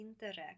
interact